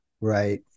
Right